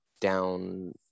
down